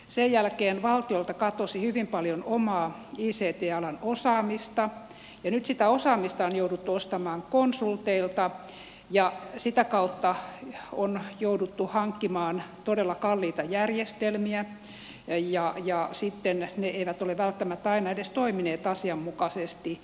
sen jälkeen valtiolta katosi hyvin paljon omaa ict alan osaamista ja nyt sitä osaamista on jouduttu ostamaan konsulteilta ja sitä kautta on jouduttu hankkimaan todella kalliita järjestelmiä ja sitten ne eivät ole välttämättä aina edes toimineet asianmukaisesti